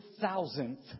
thousandth